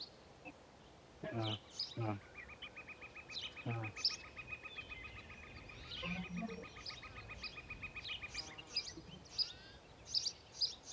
ᱦᱚᱸ ᱦᱚᱸ ᱦᱚᱸ